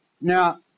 Now